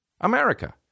America